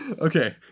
Okay